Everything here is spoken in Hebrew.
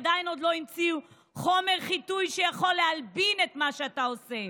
עדיין לא המציאו חומר חיטוי שיכול להלבין את מה שאתה עושה,